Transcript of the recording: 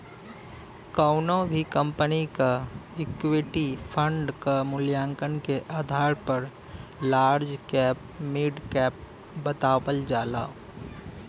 कउनो भी कंपनी क इक्विटी फण्ड क मूल्यांकन के आधार पर लार्ज कैप मिड कैप बतावल जाला